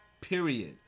Period